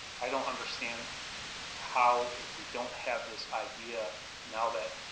i don't understand how if we don't have this idea now that,